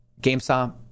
GameStop